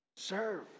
Serve